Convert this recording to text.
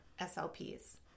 SLPs